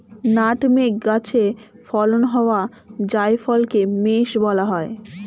nutmeg গাছে ফলন হওয়া জায়ফলকে মেস বলা হয়